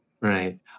Right